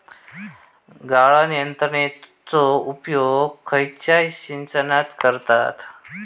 गाळण यंत्रनेचो उपयोग खयच्या सिंचनात करतत?